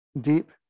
deep